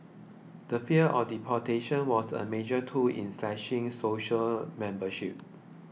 the fear of deportation was a major tool in slashing society membership